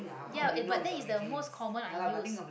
ya uh but that is the most common i use